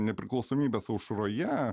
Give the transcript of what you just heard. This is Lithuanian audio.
nepriklausomybės aušroje